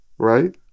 right